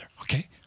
okay